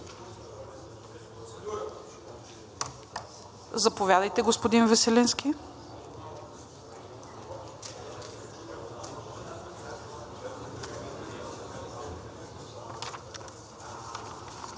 Заповядайте, господин Веселински.